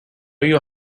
your